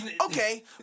Okay